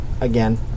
again